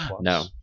No